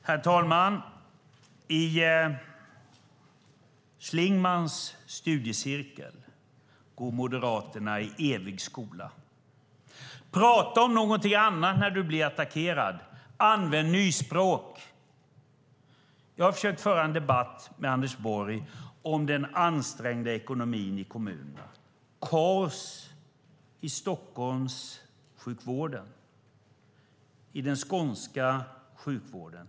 Herr talman! I Schlingmanns studiecirkel går Moderaterna i evig skola. Prata om någonting annat när du blir attackerad! Använd nyspråk! Jag har försökt föra en debatt med Anders Borg om den ansträngda ekonomin i kommunerna. Det är kaos i Stockholmssjukvården. Det är kaos i den skånska sjukvården.